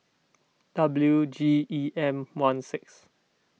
W G E M one six